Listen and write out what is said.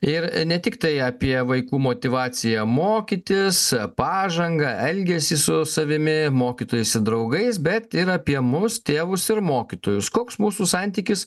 ir ne tiktai apie vaikų motyvaciją mokytis pažangą elgesį su savimi mokytojais ir draugais bet ir apie mus tėvus ir mokytojus koks mūsų santykis